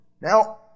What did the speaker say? Now